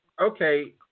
Okay